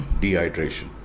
dehydration